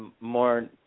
more